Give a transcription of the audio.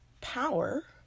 power